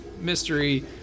mystery